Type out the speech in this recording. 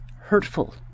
hurtful